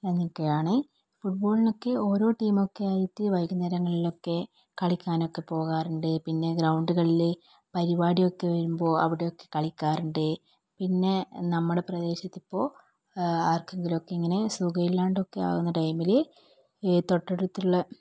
അതൊക്കെയാണ് ഫുട്ബോളിനൊക്കെ ഓരോ ടീമൊക്കെ ആയിട്ട് വൈകുന്നേരങ്ങളിലൊക്കെ കളിക്കാനൊക്കെ പോകാറുണ്ട് പിന്നെ ഗ്രൗണ്ടുകളിൽ പരിപാടിയൊക്കെ വരുമ്പോൾ അവിടൊയെക്കെ കളിക്കാറുണ്ട് പിന്നെ നമ്മുടെ പ്രദേശത്തിപ്പോൾ ആർക്കെങ്കിലുമൊക്കെ ഇങ്ങനെ സുഖമില്ലാണ്ടൊക്കെ ആകുന്ന ടൈമിൽ ഈ തൊട്ടടുത്തുള്ള